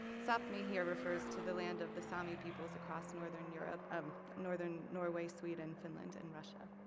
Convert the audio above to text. sakmi here refers to the land of the sami peoples across northern europe, um northern norway, sweden, finland, and russia.